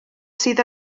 sydd